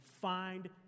find